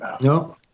No